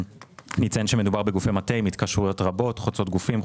אציין שמדובר בגופי מטה עם התקשרויות רבות חוצות גופים,